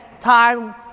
time